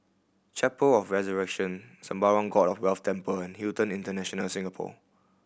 Chapel of Resurrection Sembawang God of Wealth Temple and Hilton International Singapore